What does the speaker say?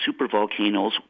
supervolcanoes